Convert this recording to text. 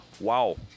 wow